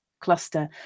cluster